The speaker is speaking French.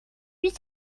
huit